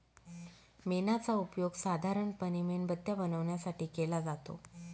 मेणाचा उपयोग साधारणपणे मेणबत्त्या बनवण्यासाठी केला जातो